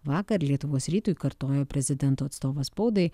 vakar lietuvos rytui kartojo prezidento atstovas spaudai